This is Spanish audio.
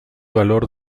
valor